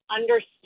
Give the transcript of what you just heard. understood